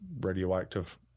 radioactive